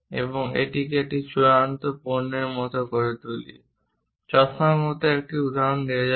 এবং এটিকে একটি চূড়ান্ত পণ্যের মতো করে তুলি। চশমার মতো একটা উদাহরণ নেওয়া যাক